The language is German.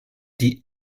die